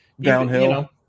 Downhill